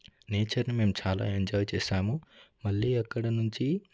nature మేం చాలా enjoy చేసాము మళ్ళీ అక్కడి నుంచి